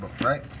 right